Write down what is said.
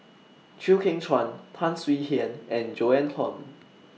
Chew Kheng Chuan Tan Swie Hian and Joan Hon